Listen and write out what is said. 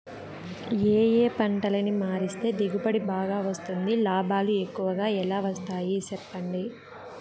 ఏ ఏ పంటలని మారిస్తే దిగుబడి బాగా వస్తుంది, లాభాలు ఎక్కువగా ఎలా వస్తాయి సెప్పండి